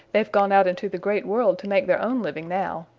they've gone out into the great world to make their own living now.